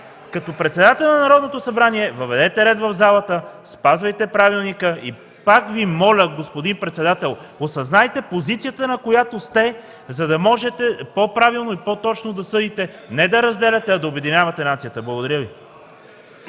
Като Председател на Народното събрание въведете ред в залата, спазвайте правилника! И пак Ви моля, господин председател, осъзнайте позицията, на която сте, за да можете по-правилно и по-точно да съдите и не да разделяте, а да обединявате нацията! Благодаря Ви.